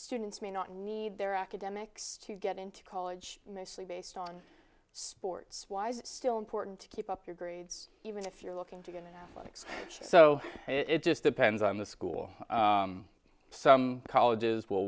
students may not need their academics to get into college mostly based on sports why is it still important to keep up your grades even if you're looking to get likes so it just depends on the school some colleges will